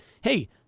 hey